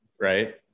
Right